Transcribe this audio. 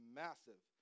massive